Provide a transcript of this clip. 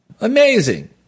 Amazing